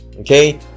okay